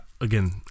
again